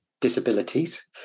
disabilities